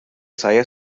saya